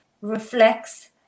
reflects